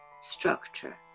structure